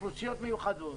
אוכלוסיות מיוחדות.